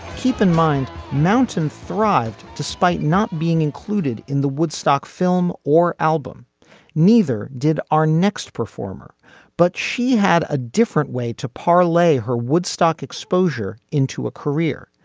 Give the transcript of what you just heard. keep in mind mountain thrived despite not being included in the woodstock film or album neither did our next performer but she had a different way to parlay her woodstock exposure into a career.